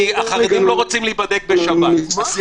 החרדים לא רוצים להיבדק בשבת.